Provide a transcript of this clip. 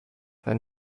than